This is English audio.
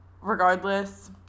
Regardless